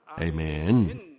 Amen